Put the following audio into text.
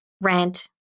rent